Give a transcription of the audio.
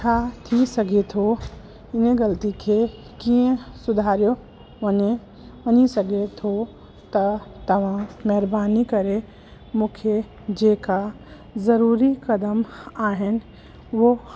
छा थी सघे थो इन ग़लती खे कीअं सुधारियो वञे वञी सघे थो त तव्हां महिरबानी करे मूंखे जेका ज़रूरी क़दम आहिनि उहो